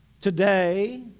Today